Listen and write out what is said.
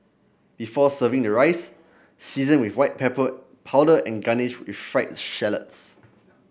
before serving the rice season with white pepper powder and garnish with fried shallots